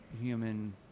human